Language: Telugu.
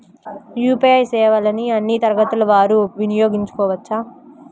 యూ.పీ.ఐ సేవలని అన్నీ తరగతుల వారు వినయోగించుకోవచ్చా?